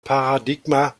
paradigma